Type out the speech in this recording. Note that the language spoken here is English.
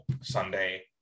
Sunday